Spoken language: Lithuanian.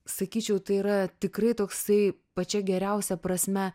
sakyčiau tai yra tikrai toksai pačia geriausia prasme